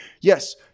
Yes